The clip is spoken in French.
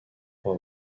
pour